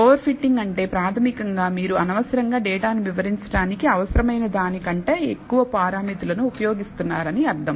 over fitting అంటే ప్రాథమికంగా మీరు అనవసరంగా డేటాను వివరించడానికి అవసరమైన దానికంటే ఎక్కువ పారామితులు ఉపయోగిస్తున్నారని అర్థం